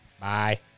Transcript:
bye